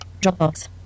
Dropbox